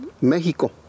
México